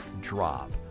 drop